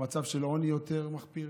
למצב של עוני יותר מחפיר,